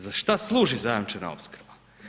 Za šta služi zajamčena opskrba?